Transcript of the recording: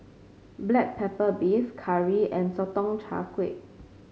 Black Pepper Beef curry and Sotong Char Kway